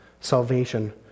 Salvation